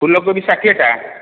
ଫୁଲକୋବି ଷାଠିଏଟା